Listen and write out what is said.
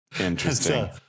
Interesting